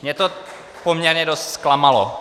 Mě to poměrně dost zklamalo.